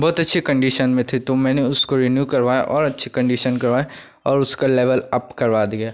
बहुत अच्छी कंडीशन में थे तो मैंने उसको रीन्यू करवाया और अच्छी कंडीशन करवाया और उसका लेवल अप करवा दिया